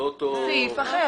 זה סעיף אחר.